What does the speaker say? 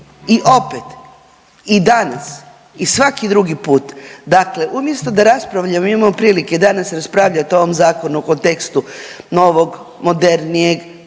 i opet, i danas, i svaki drugi put, dakle umjesto da raspravljamo, imamo prilike danas raspravljat o ovom zakonu u kontekstu novog, modernijeg,